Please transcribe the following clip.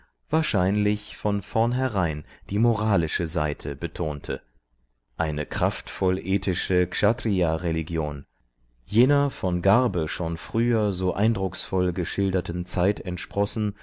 wahrscheinlich von vornherein die moralische seite betonte eine kraftvoll ethische kshatriya religion jener von garbe schon früher so eindrucksvoll geschilderten zeit entsprossen